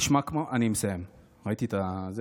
נשמע כמו, אני מסיים, ראיתי את הסימן.